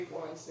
one